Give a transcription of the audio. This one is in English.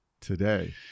today